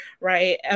right